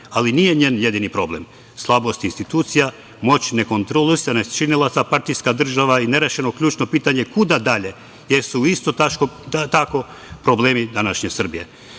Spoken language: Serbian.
ali nije njen jedini problem, slabosti institucija, moćne kontrole SNS partijska država i nerešeno ključno pitanje kuda dalje, jer su isto tako problemi današnje Srbije.